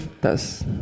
thus